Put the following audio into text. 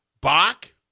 Bach